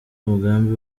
umugambi